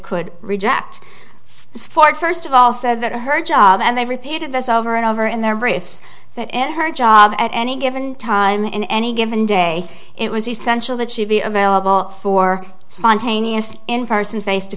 could reject for first of all said that her job and they've repeated this over and over in their briefs that at her job at any given time in any given day it was essential that she be available for spontaneous in person face to